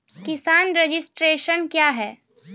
किसान रजिस्ट्रेशन क्या हैं?